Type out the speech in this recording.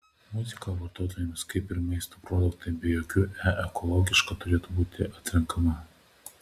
muzika vartotojams kaip ir maisto produktai be jokių e ekologiška turėtų būti atrenkama